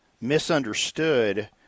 misunderstood